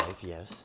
yes